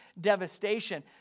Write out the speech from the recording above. devastation